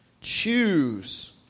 choose